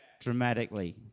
dramatically